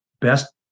best